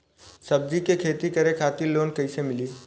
सब्जी के खेती करे खातिर लोन कइसे मिली?